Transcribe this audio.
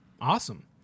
Awesome